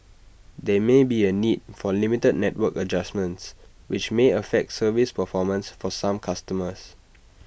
there may be A need for limited network adjustments which may affect service performance for some customers